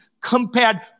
compared